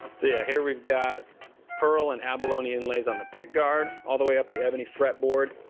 so yeah, here we've got pearl and abalone inlays on the pick guard all the way up the ebony fretboard.